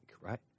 right